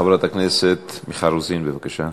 חברת הכנסת מיכל רוזין, בבקשה.